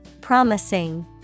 Promising